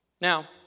Now